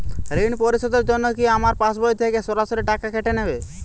ঋণ পরিশোধের জন্য কি আমার পাশবই থেকে সরাসরি টাকা কেটে নেবে?